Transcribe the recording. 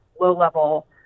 low-level